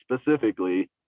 specifically